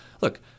look –